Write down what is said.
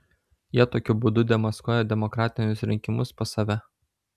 jie tokiu būdu demaskuoja demokratinius rinkimus pas save